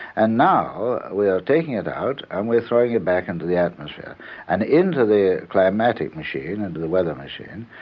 and now we are taking it out and we're throwing it back into the atmosphere and into the climatic machine, into the weather machine,